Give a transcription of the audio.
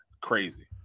Crazy